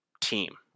team